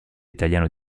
italiano